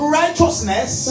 righteousness